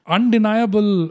Undeniable